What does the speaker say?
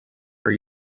are